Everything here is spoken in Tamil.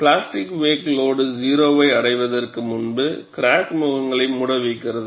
பிளாஸ்டிக் வேக் லோடு 0 ஐ அடைவதற்கு முன்பு கிராக் முகங்களை மூட வைக்கிறது